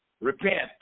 repent